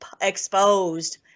exposed